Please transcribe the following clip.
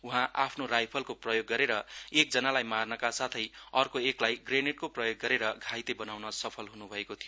उहाँ आफ्नो राइफलको प्रयोग गरेर एक जनालाई मार्नका साथै अर्को एकलाई ग्रेनेडको प्रयोग गरेर घाइते बनाउन सफल हनुभएको थियो